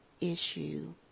issue